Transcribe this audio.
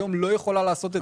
היום לא יכולה לעשות את זה,